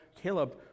Caleb